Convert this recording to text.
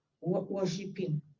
worshiping